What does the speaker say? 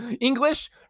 English